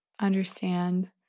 understand